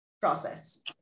process